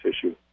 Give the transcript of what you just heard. issue